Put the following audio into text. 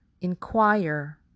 inquire